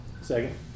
Second